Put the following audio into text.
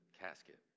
casket